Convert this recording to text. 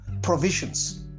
provisions